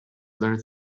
learned